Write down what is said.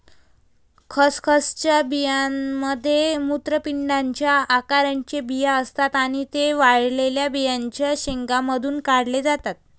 खसखसच्या बियांमध्ये मूत्रपिंडाच्या आकाराचे बिया असतात आणि ते वाळलेल्या बियांच्या शेंगांमधून काढले जातात